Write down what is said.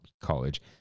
college